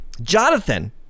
Jonathan